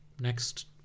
next